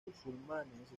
musulmanes